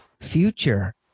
future